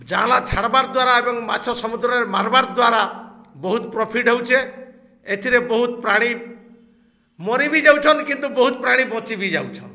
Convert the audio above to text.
ଜାଁଲା ଛାଡ଼୍ବାର୍ ଦ୍ୱାରା ଏବଂ ମାଛ ସମୁଦ୍ରରେ ମାର୍ବାର୍ ଦ୍ୱାରା ବହୁତ୍ ପ୍ରଫିଟ୍ ହଉଛେ ଏଥିରେ ବହୁତ୍ ପ୍ରାଣୀ ମରିିବି ଯାଉଛନ୍ କିନ୍ତୁ ବହୁତ୍ ପ୍ରାଣୀ ବଞ୍ଚି ବି ଯାଉଛନ୍